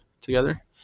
together